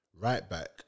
right-back